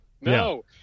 no